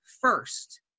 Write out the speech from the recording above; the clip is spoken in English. first